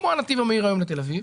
כמו בנתיב המהיר שקיים היום לתל אביב,